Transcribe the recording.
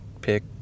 pick